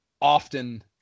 often